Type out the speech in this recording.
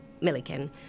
Milliken